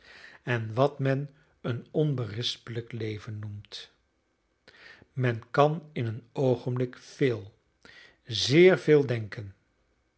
en wat men een onberispelijk leven noemt men kan in een oogenblik veel zeer veel denken